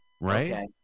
right